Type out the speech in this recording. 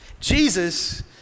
Jesus